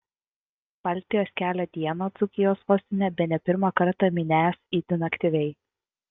baltijos kelio dieną dzūkijos sostinė bene pirmą kartą minęs itin aktyviai